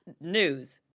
news